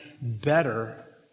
better